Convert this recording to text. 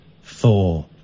four